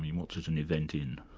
mean what's it an event in?